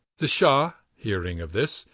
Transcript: the shah, hearing of this,